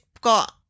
got